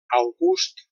august